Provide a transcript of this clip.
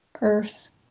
earth